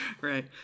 Right